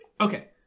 Okay